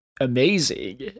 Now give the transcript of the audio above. amazing